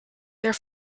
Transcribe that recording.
there